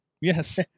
Yes